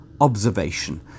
observation